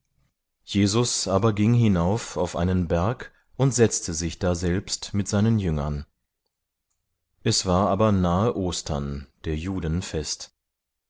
jesus aber ging hinauf auf einen berg und setzte sich daselbst mit seinen jüngern es war aber nahe ostern der juden fest